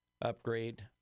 upgrade